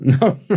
No